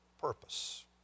Purpose